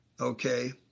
okay